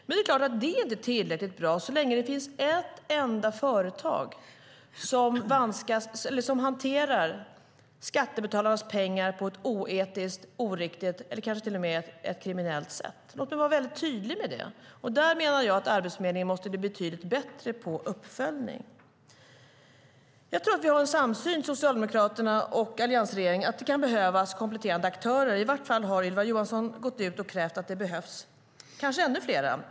Men det är inte tillräckligt bra så länge det finns ett enda företag som hanterar skattebetalarnas pengar på ett oetiskt, oriktigt eller kanske till och med kriminellt sätt. Låt mig vara väldigt tydlig med det. Där menar jag att Arbetsförmedlingen måste bli betydligt bättre på uppföljning. Jag tror att vi har en samsyn, Socialdemokraterna och alliansregeringen, på att det kan behövas kompletterande aktörer. I varje fall har Ylva Johansson gått ut och krävt detta. Det behövs kanske ännu fler.